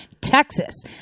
Texas